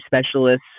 specialists